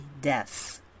deaths